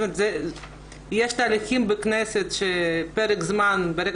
יש תהליכים בכנסת של פרק זמן ברגע